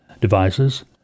devices